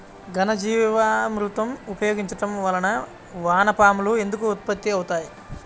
ఘనజీవామృతం ఉపయోగించటం వలన వాన పాములు ఎందుకు ఉత్పత్తి అవుతాయి?